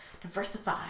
diversify